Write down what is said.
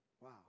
Wow